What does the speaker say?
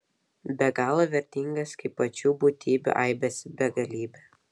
be galo vertingas kaip pačių būtybių aibės begalybė